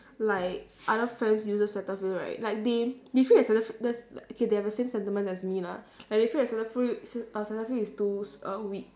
like other friends uses cetaphil right like they they feel that cetaphil that's like okay they have the sentiments as me lah like they feel that cetaphil s~ uh cetaphil is too s~ uh weak